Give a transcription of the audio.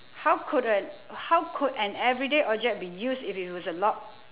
how could an how could an everyday object be used if it was a lot